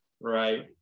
Right